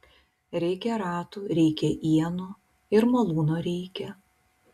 reikia ratų reikia ienų ir malūno reikia